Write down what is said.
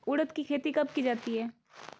उड़द की खेती कब की जाती है?